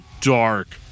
dark